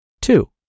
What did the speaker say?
Two